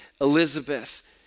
Elizabeth